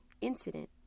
incident